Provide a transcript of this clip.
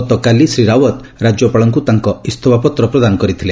ଗତକାଲି ଶ୍ରୀ ରାଓ୍ୱତ ରାଜ୍ୟପାଳଙ୍କୁ ତାଙ୍କ ଇସ୍ତଫାପତ୍ର ପ୍ରଦାନ କରିଥିଲେ